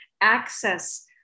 access